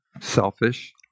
selfish